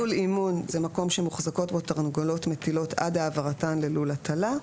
"לול אימון" מקום שמוחזקות בו תרנגולות מטילות עד העברתן ללול הטלה.